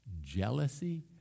jealousy